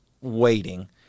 waiting